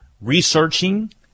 researching